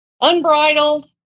unbridled